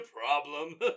problem